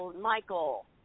Michael